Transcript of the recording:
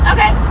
Okay